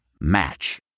Match